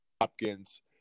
Hopkins